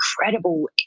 incredible